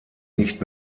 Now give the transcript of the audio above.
nicht